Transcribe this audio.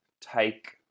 take